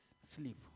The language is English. sleep